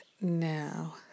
now